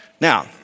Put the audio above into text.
Now